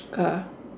car